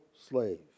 slave